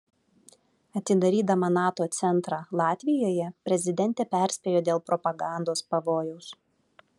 atidarydama nato centrą latvijoje prezidentė perspėjo dėl propagandos pavojaus